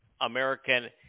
American